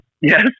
yes